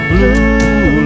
Blue